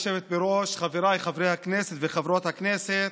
חבריי חברי הכנסת וחברות הכנסת,